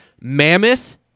Mammoth